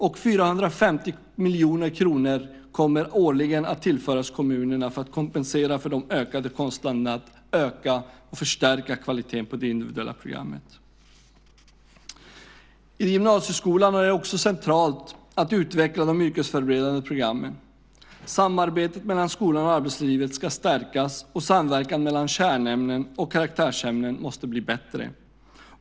Och 450 miljoner kronor kommer årligen att tillföras kommunerna för att kompensera för de ökade kostnaderna för att öka och förstärka kvaliteten på det individuella programmet. I gymnasieskolan är det också centralt att utveckla de yrkesförberedande programmen. Samarbetet mellan skolan och arbetslivet ska stärkas, och samverkan mellan kärnämnen och karaktärsämnen måste bli bättre.